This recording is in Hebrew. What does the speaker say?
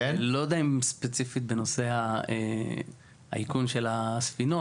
אני לא יודע אם ספציפית בנושא האיכון של הספינות,